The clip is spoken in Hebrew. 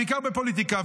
בעיקר בפוליטיקה,